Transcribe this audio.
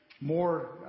more